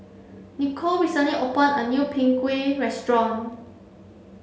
Nicole recently opened a new Png Kueh restaurant